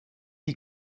die